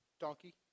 donkey